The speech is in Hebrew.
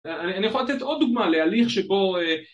אני יכול לתת עוד דוגמה להליך שבו